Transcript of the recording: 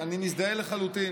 נכון, נכון,